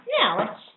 Now